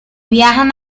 viajan